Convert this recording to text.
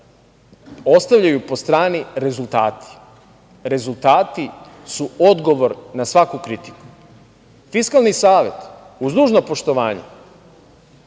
ostavljaju po strani rezultate. Rezultati su odgovor na svaku kritiku. Fiskalni savet, uz dužno poštovanje,